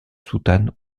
soutane